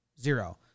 zero